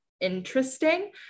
interesting